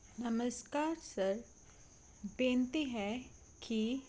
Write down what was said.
ਨਮਸਕਾਰ ਸਰ ਬੇਨਤੀ ਹੈ ਕਿ